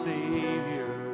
Savior